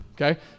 Okay